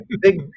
big